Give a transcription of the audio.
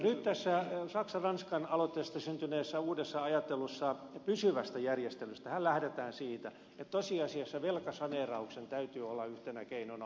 nyt tässä saksan ja ranskan aloitteesta syntyneessä uudessa ajattelusta pysyvästä järjestelystähän lähdetään siitä että tosiasiassa velkasaneerauksen täytyy olla yhtenä keinona mukana